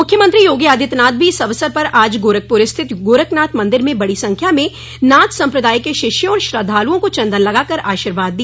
मुख्यमंत्री योगी आदित्यनाथ भी इस अवसर पर आज गोरखपुर स्थित गोरखनाथ मंदिर में बड़ी संख्या में नाथ सम्प्रदाय के शिष्यों और श्रद्धालुओं को चंदन लगाकर आशीर्वाद दिया